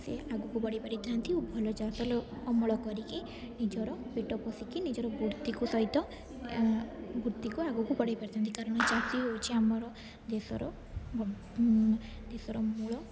ସେ ଆଗକୁ ବଢ଼ିପାରିଥାନ୍ତି ଓ ଭଲ ଚାଷ ଲ ଅମଳ କରିକି ନିଜର ପେଟ ପୋଷିକି ନିଜର ବୃତ୍ତିକୁ ସହିତ ବୃତ୍ତିକୁ ଆଗକୁ ବଢ଼େଇ ପାରିଥାଆନ୍ତି କାରଣ ଚାଷୀ ହେଉଛି ଆମର ଦେଶର ଦେଶର ମୂଳ